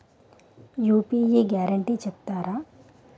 UPI guarantee చెప్తారా?